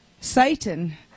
Satan